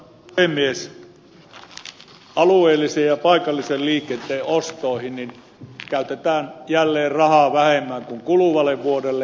alueellisen ja paikallisen liikenteen ostoihin käytetään jälleen rahaa vähemmän kuin kuluvalle vuodelle